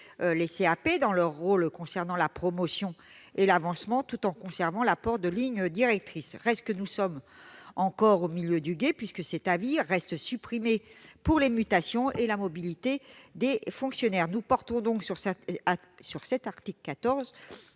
les CAP dans leurs rôles relatifs à la promotion et à l'avancement, tout en conservant l'apport de lignes directrices. Reste que nous sommes encore au milieu du gué, puisque cet avis demeure supprimé pour les mutations et la mobilité des fonctionnaires. Nous portons donc sur cet article 14